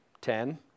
ten